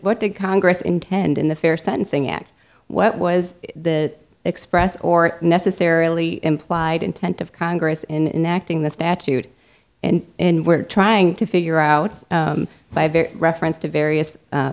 what did congress intend in the fair sentencing act what was the express or necessarily implied intent of congress in fact in the statute and in we're trying to figure out by reference to various